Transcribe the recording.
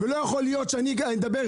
ולא יכול להיות שאני אדבר,